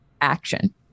action